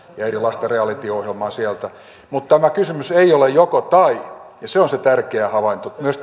ja erilaista realityohjelmaa sieltä mutta tämä kysymys ei ole joko tai ja se on se tärkeä havainto myös